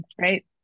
Right